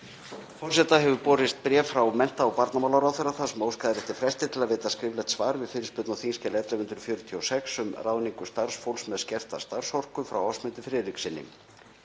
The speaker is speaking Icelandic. Forseta hefur borist bréf frá mennta- og barnamálaráðherra þar sem óskað er eftir fresti til þess að veita skriflegt svar við fyrirspurn á þskj. 1146, um ráðningu starfsfólks með skerta starfsorku, frá Ásmundi Friðrikssyni.